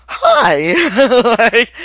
hi